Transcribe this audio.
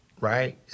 right